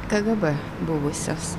kgb buvusios